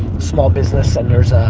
small business senators, ah